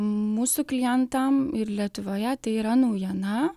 mūsų klientam ir lietuvoje tai yra naujiena